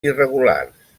irregulars